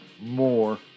more